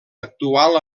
actual